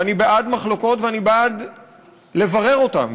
ואני בעד מחלוקות ואני בעד לברר אותן,